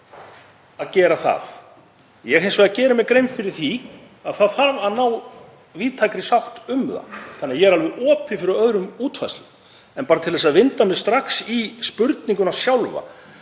að gera það. Ég geri mér hins vegar grein fyrir því að það þarf að ná víðtækri sátt um það þannig að ég er alveg opinn fyrir öðrum útfærslum. En bara til að vinda mér strax í spurninguna sjálfa: